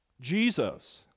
Jesus